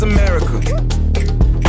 America